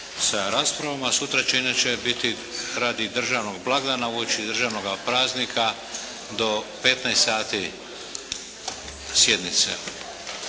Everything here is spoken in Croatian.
sa raspravom, a sutra će inače biti radi državnog blagdana, uoči državnoga praznika do 15 sati sjednice.